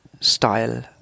style